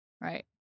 right